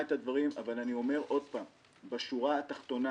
אבל אני אומר עוד פעם: בשורה התחתונה,